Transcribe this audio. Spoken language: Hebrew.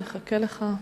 נחכה לך.